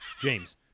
James